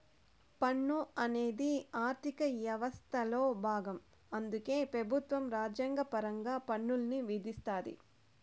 పన్ను అనేది ఆర్థిక యవస్థలో బాగం అందుకే పెబుత్వం రాజ్యాంగపరంగా పన్నుల్ని విధిస్తాది